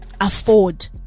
afford